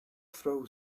throw